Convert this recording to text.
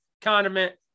Condiment